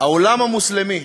שהעולם המוסלמי,